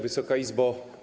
Wysoka Izbo!